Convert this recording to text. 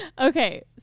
Okay